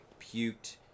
puked